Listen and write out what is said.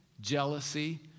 jealousy